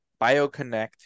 BioConnect